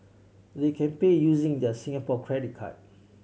they can pay using their Singapore credit card